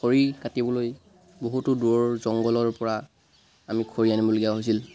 খৰি কাটিবলৈ বহুতো দূৰৰ জংঘলৰ পৰা আমি খৰি আনিবলগীয়া হৈছিল